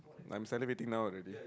I'm inseminating now already